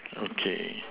okay